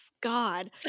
God